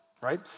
right